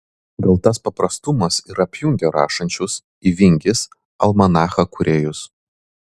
gal tas paprastumas ir apjungia rašančius į vingis almanachą kūrėjus